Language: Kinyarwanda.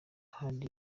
heard